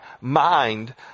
mind